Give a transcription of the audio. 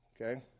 okay